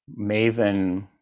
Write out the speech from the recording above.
maven